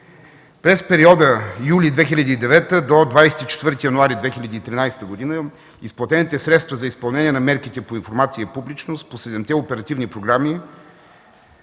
През периода месец юли 2009 г. до 24 януари 2013 г. изплатените средства за изпълнение на мерките по информация и публичност по седемте оперативни програми,